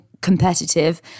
competitive